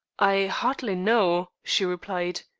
i hardly know, she replied.